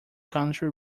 country